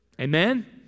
Amen